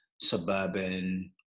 suburban